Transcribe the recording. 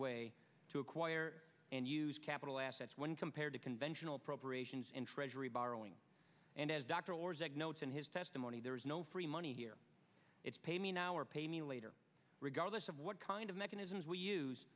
way to acquire and use capital assets when compared to conventional appropriations in treasury borrowing and as dr or zach notes in his testimony there is no free money here it's pay me now or pay me later regardless of what kind of mechanisms we use